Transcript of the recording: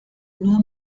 nur